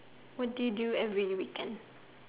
what do you do every weekend